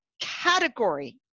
category